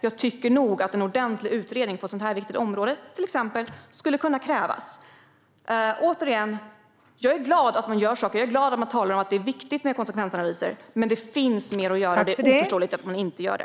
Jag tycker nog att en ordentlig utredning på till exempel ett sådant här viktigt område skulle kunna krävas. Återigen: Jag är glad att man gör saker. Jag är glad att man talar om att det är viktigt med konsekvensanalyser. Men det finns mer att göra. Det är oförståeligt att man inte gör det.